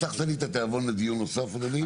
פתחת לי התיאבון לדיון נוסף אדוני.